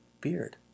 beard